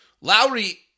Lowry